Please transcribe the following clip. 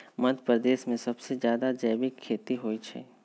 मध्यप्रदेश में सबसे जादा जैविक खेती होई छई